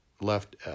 left